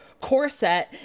Corset